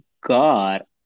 God